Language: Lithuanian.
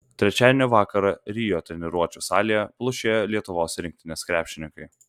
trečiadienio vakarą rio treniruočių salėje plušėjo lietuvos rinktinės krepšininkai